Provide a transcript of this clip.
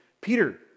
Peter